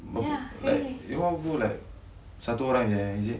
like you all go like satu orang jer eh is it